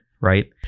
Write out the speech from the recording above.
right